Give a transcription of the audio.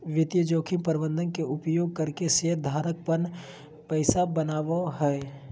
वित्तीय जोखिम प्रबंधन के उपयोग करके शेयर धारक पन पैसा बनावय हय